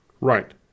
Right